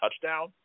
touchdown